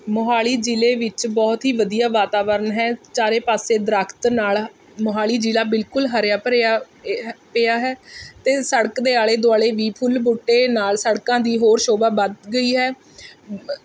ਮੋਹਾਲੀ ਜ਼ਿਲ੍ਹੇ ਵਿੱਚ ਬਹੁਤ ਹੀ ਵਧੀਆ ਵਾਤਾਵਰਨ ਹੈ ਚਾਰੇ ਪਾਸੇ ਦਰੱਖਤ ਨਾਲ਼ ਮੋਹਾਲੀ ਜ਼ਿਲ੍ਹਾ ਬਿਲਕੁਲ ਹਰਿਆ ਭਰਿਆ ਪਿਆ ਹੈ ਅਤੇ ਸੜਕ ਦੇ ਆਲ਼ੇ ਦੁਆਲ਼ੇ ਵੀ ਫੁੱਲ ਬੂਟੇ ਨਾਲ਼ ਸੜਕਾਂ ਦੀ ਹੋਰ ਸ਼ੋਭਾ ਵੱਧ ਗਈ ਹੈ